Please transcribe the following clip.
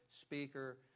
speaker